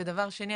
דבר שני,